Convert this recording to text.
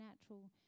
natural